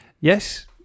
Yes